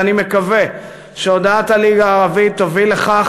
ואני מקווה שהודעת הליגה הערבית תוביל לכך